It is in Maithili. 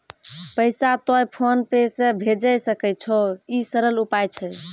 पैसा तोय फोन पे से भैजै सकै छौ? ई सरल उपाय छै?